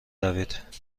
روید